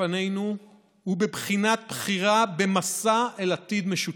לפנינו הוא בבחינת בחירה במסע אל עתיד משותף.